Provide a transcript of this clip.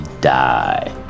die